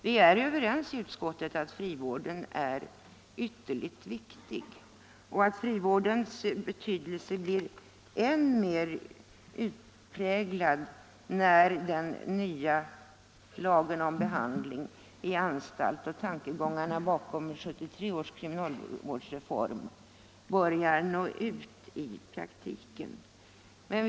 Vi är i utskottet överens om att frivården är ytterligt viktig och att frivårdens betydelse blir än mer utpräglad när den nya lagen om behandling i anstalt och tankegångarna bakom 1973 års kriminalvårdsreform börjar nå ut i praktiken.